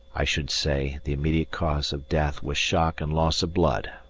i should say the immediate cause of death was shock and loss of blood.